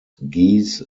geese